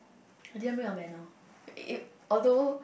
I didn't bring a banner it although